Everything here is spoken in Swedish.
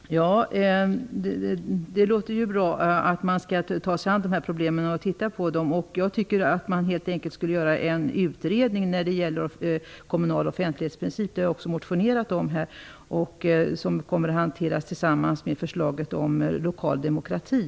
Fru talman! Det låter bra att man skall ta sig an dessa problem. Jag tycker att man helt enkelt skulle göra en utredning om kommunal offentlighetsprincip. Det har jag motionerat om. Det kommer att behandlas i samband med förslaget om lokaldemokrati.